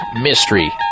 Mystery